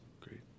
Great